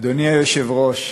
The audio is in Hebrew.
אדוני היושב-ראש,